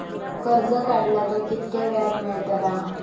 कर्ज काडला तर कीतक्या व्याज मेळतला?